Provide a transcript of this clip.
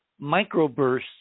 microbursts